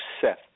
Seth